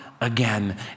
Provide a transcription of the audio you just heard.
again